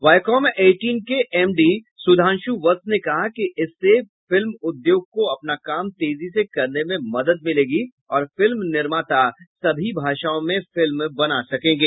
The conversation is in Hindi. वायाकॉम एटीन के एमडी सुधांशु वत्स ने कहा है कि इससे फिल्म उद्योग को अपना काम तेजी से करने में मदद मिलेगी और फिल्म निर्माता सभी भाषाओं में फिल्म बना सकेंगे